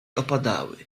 opadały